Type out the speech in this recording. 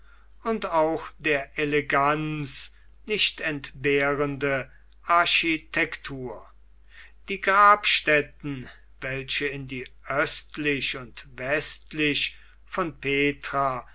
und auch der eleganz nicht entbehrende architektur die grabstätten welche in die östlich und westlich von petra